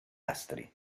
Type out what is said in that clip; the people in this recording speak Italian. astri